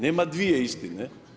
Nema dvije istine.